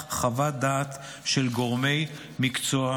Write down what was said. חוות דעת של גורמי מקצוע ביטחוניים.